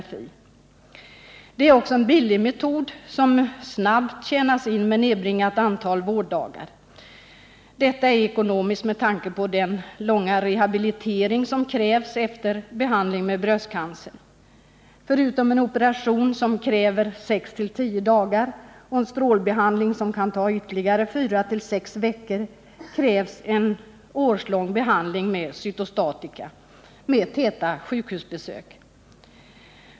Mammografi är också en billig metod som snabbt tjänas in med nedbringat antal vårddagar. Det är ekonomiskt med tanke på den långa rehabilitering som krävs efter behandling av bröstcancer. Förutom en operation som kräver 6-10 dagar och en strålbehandling som kan ta ytterligare 4-6 veckor krävs en årslång behandling med cytostatika vilket betyder täta sjukhusbesök.